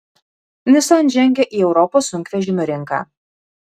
nissan žengia į europos sunkvežimių rinką